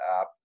app